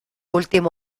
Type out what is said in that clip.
último